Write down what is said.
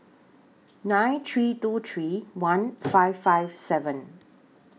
nine three two three one five five seven